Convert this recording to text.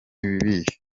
ibihe